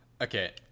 okay